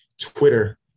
Twitter